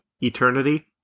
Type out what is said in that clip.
eternity